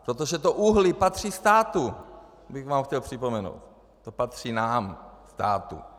protože to uhlí patří státu, bych vám chtěl připomenout, to patří nám, státu.